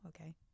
okay